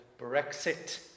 Brexit